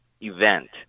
event